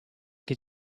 che